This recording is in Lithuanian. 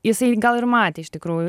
jisai gal ir matė iš tikrųjų